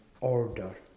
order